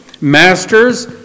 masters